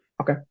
Okay